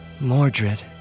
Mordred